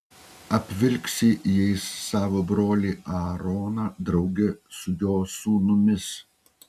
apvilksi jais savo brolį aaroną drauge su jo sūnumis